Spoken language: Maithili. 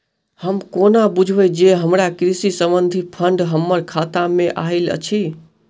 हम कोना बुझबै जे हमरा कृषि संबंधित फंड हम्मर खाता मे आइल अछि?